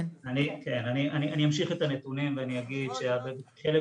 אני אמשיך את הנתונים ואני אגיד שלחלק